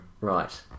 Right